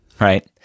right